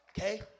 Okay